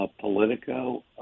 Politico